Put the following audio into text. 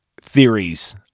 theories